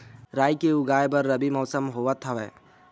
राई के उगाए बर रबी मौसम होवत हवय?